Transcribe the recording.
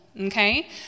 okay